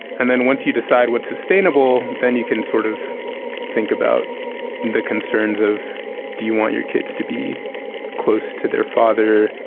and then once you decide what's sustainable then you can sort of think about the concerns of do you want your kids to be close to their father.